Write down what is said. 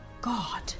God